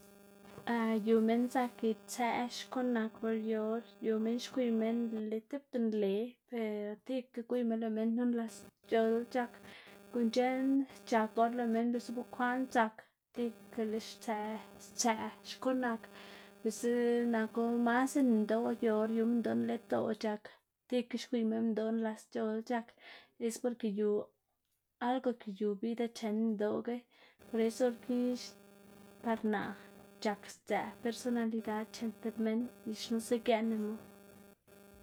yu minn zak itsëꞌ xkuꞌn nak yu minn gwiy minn nle tipta nle per tibaga gwiyma lëꞌ minn knu nlasc̲h̲ola c̲h̲ak, guꞌn c̲h̲eꞌn c̲h̲ak or lëꞌ minn biꞌltsa bekwaꞌn dzak tika lëꞌ stsëꞌ stsëꞌ xkuꞌn nak biꞌltsa naku mas en minndoꞌ yu or yu minndoꞌ nledoꞌc̲h̲a c̲h̲ak tikga xwiyma lëꞌ minndoꞌ nlasc̲h̲ola c̲h̲ak, es porke yu algo ke yu vida chen minndoꞌga, por eso or ki par naꞌ c̲h̲ak sdzëꞌ personalidad chen tib minn y xnusa gieꞌnnumu.